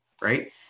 Right